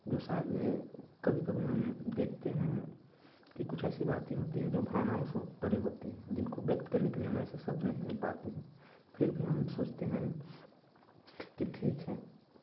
जो शायद यह कभी कभी हम देखते हैं कि कुछ ऐसी बातें होती हैं जो भावनाओं से वह परे होती हैं जिनको व्यक्त करने के लिए हमें ऐसे शब्द नहीं मिल पाते हैं फिर भी हम सोचते हैं कि ठीक है